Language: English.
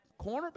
cornerback